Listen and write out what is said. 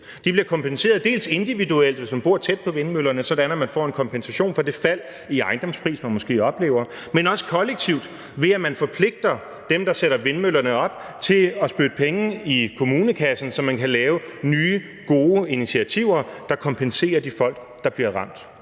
De bliver kompenseret, dels individuelt, sådan at hvis man bor tæt på vindmøllerne, får man en kompensation for det fald i ejendomspris, man måske oplever, dels kollektivt, ved at man forpligter dem, der sætter vindmøllerne op, til at spytte penge i kommunekassen, så man kan lave nye, gode initiativer, der kompenserer de folk, der bliver ramt.